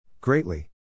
Greatly